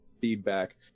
feedback